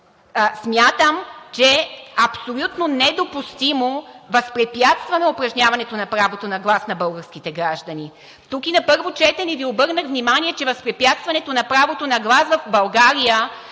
Смятам, че е абсолютно недопустимо възпрепятстване упражняването на правото на глас на българските граждани. Тук и на първо четене Ви обърнах внимание, че възпрепятстването на правото на глас в България